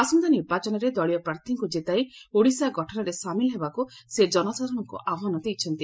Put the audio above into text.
ଆସନ୍ତା ନିର୍ବାଚନରେ ଦଳୀୟ ପ୍ରାର୍ଥୀଙ୍କୁ ଜିତାଇ ଓଡ଼ିଶା ଗଠନରେ ସାମିଲ ହେବାକୁ ସେ ଜନସାଧାରଣଙ୍କୁ ଆହ୍ୱାନ ଦେଇଥିଲେ